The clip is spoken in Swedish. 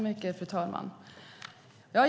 Fru talman!